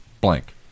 blank